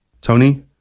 Tony